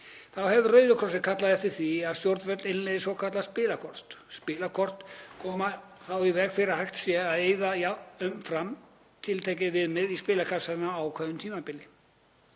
Þá hefur Rauði krossinn kallað eftir því að stjórnvöld innleiði svokölluð spilakort. Spilakort koma þá í veg fyrir að hægt sé að eyða umfram tiltekið viðmið í spilakassa á ákveðnu tímabili.